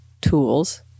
tools